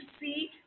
see